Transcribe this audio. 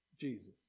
Jesus